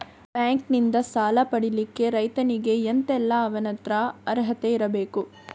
Bank ನಿಂದ ಸಾಲ ಪಡಿಲಿಕ್ಕೆ ರೈತನಿಗೆ ಎಂತ ಎಲ್ಲಾ ಅವನತ್ರ ಅರ್ಹತೆ ಬೇಕು?